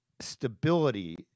Stability